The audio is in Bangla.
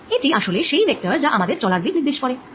এটি আসলে সেই ভেক্টর যা আমাদের চলার দিক নির্দেশ করে